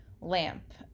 lamp